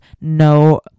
No